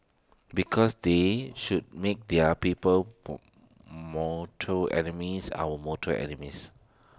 because they should make their people's more mortal enemies our mortal enemies